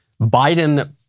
Biden